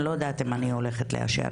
אני לא יודעת אם אני הולכת לאשר